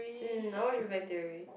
mm I watch Big-Bang-Theory